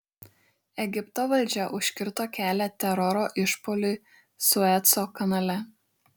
egipto valdžia užkirto kelią teroro išpuoliui sueco kanale